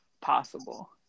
possible